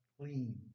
clean